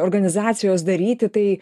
organizacijos daryti tai